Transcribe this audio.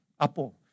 Apo